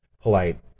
polite